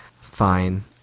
fine